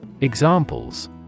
Examples